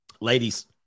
Ladies